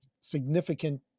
significant